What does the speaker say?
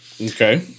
Okay